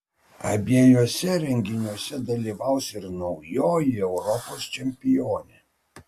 abiejuose renginiuose dalyvaus ir naujoji europos čempionė